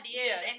ideas